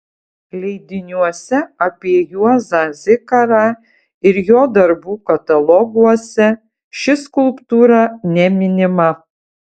leidiniuose apie juozą zikarą ir jo darbų kataloguose ši skulptūra neminima